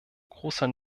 großer